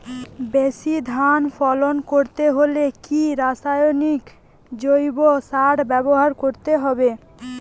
বেশি ধান ফলন করতে হলে কি রাসায়নিক জৈব সার ব্যবহার করতে হবে?